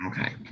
Okay